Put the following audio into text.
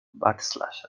backslashes